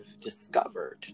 discovered